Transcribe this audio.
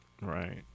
Right